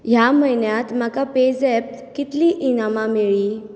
ह्या म्हयन्यांत म्हाका पेझॅपांत कितलीं इनामां मेळ्ळी